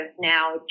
now